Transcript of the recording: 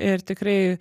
ir tikrai